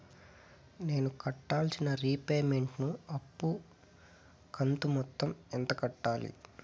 నేను కట్టాల్సిన రీపేమెంట్ ను అప్పు కంతు మొత్తం ఎంత కట్టాలి?